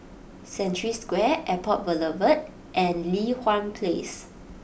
Century Square Airport Boulevard and Li Hwan Place